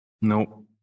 Nope